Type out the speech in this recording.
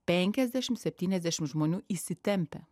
penkiasdešimt septyniasdešimt žmonių įsitempę